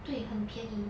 对很便宜